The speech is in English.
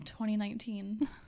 2019